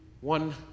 One